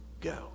go